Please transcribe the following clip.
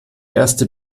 erste